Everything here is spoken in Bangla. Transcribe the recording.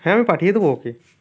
হ্যাঁ আমি পাঠিয়ে দেবো ওকে